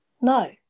no